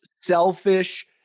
selfish